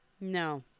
No